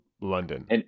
London